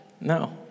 No